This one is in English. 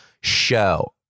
show